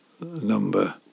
number